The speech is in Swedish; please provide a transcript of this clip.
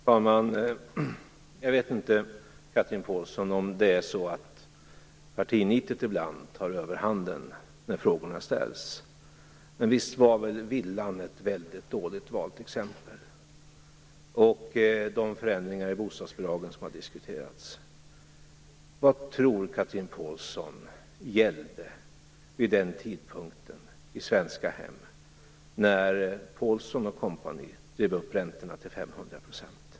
Fru talman! Jag vet inte, Chatrine Pålsson, om partinitet ibland tar överhanden när frågorna ställs, men visst var väl villan och de förändringar i bostadsbidraget som har diskuterats ett väldigt illa valt exempel. Vad tror Chatrine Pålsson gällde i svenska hem vid den tidpunkt när Pålsson och kompani drev upp räntorna till 500 %?